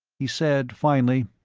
he said, finally,